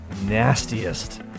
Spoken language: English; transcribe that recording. nastiest